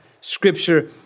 scripture